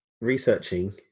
researching